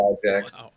projects